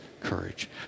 courage